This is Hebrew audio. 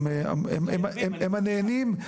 הם הנהנים,